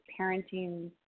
parenting